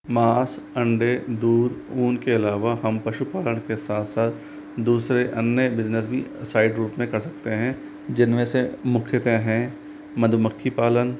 माँस अंडे दूध ऊन के अलावा हम पशुपालन के साथ साथ दूसरे अन्य बिज़नस भी साइड रूप में कर सकते हैं जिनमें से मुख्यतः हैं मधुमक्खी पालन